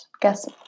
Guess